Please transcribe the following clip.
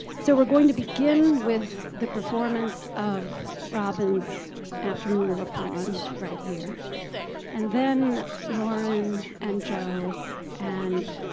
so we're going to begin with the performance of robins afternoon of a faun right here and then lauren and joe and